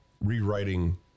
rewriting